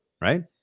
right